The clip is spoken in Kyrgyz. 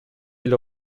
эле